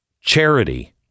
Charity